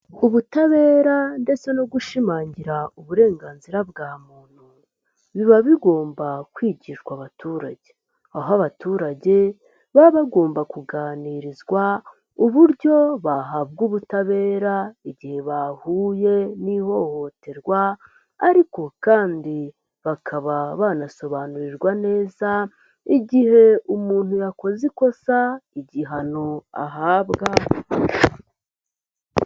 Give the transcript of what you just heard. Ubutabera ndetse no gushimangira uburenganzira bwa muntu, biba bigomba kwigishwa abaturage. Aho abaturage baba bagomba kuganirizwa uburyo bahabwa ubutabera igihe bahuye n'ihohoterwa ariko kandi bakaba banasobanurirwa neza igihe umuntu yakoze ikosa igihano ahabwa.